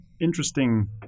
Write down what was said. interesting